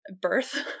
birth